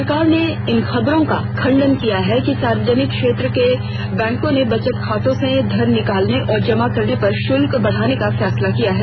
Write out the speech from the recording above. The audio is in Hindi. सरकार ने इन खबरों का खंडन किया है कि सार्वजनिक क्षेत्र के बैंकों ने बचत खातों से धन निकालने और जमा करने पर शुल्क बढाने का फैसला किया है